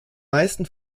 meisten